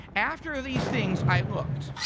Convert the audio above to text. after these things, i looked